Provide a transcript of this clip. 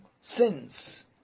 sins